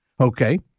Okay